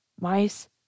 mice